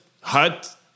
hut